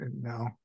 no